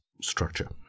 structure